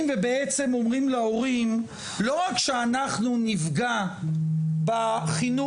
ובעצם אומרים להורים לא רק שאנחנו נפגע בחינוך,